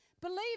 Believe